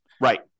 Right